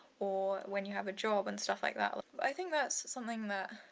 or when you have a job and stuff like that? but i think that's something that.